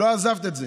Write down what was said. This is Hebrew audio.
לא עזבת את זה.